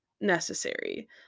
necessary